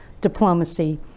diplomacy